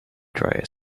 dryer